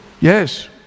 Yes